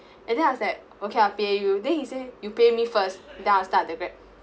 and then I was like okay I'll pay you then he say you pay me first then I'll start the grab